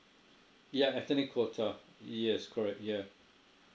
yup ethnic quota yes correct yeah